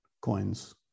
coins